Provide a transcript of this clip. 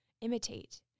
imitate